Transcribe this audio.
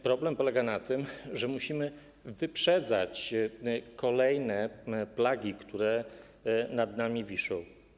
Problem polega na tym, że musimy wyprzedzać kolejne plagi, które nad nami wiszą.